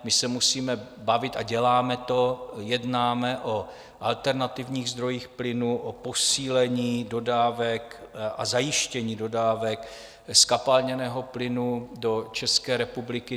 My se musíme bavit, a děláme to, jednáme o alternativních zdrojích plynu, o posílení dodávek a zajištění dodávek zkapalněného plynu do České republiky.